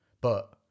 But-